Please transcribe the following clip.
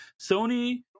Sony